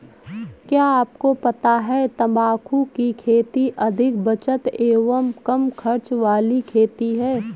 क्या आपको पता है तम्बाकू की खेती अधिक बचत एवं कम खर्च वाली खेती है?